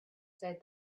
said